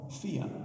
fear